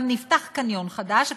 גם נפתח קניון חדש,